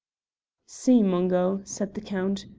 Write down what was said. see! mungo, said the count,